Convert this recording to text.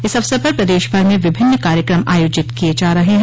इस अवसर पर प्रदेश भर में विभिन्न कार्यक्रम आयोजित किये जा रहे हैं